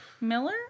Miller